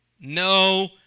no